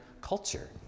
culture